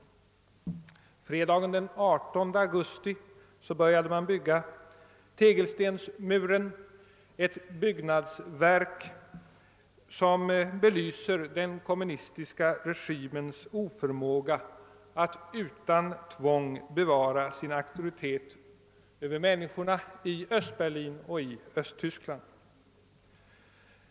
Fredagen den 18 augusti började man bygga tegelstensmuren; ett byggnadsverk som belyser den kommunistiska regimens oförmåga att utan tvång bevara sin auktoritet över människorna i Östberlin och i Östtyskland.